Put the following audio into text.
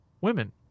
women